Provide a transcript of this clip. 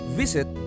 visit